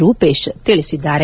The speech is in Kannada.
ರೂಪೇಶ್ ತಿಳಿಸಿದ್ದಾರೆ